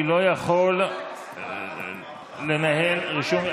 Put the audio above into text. אני לא יכול לנהל רישום.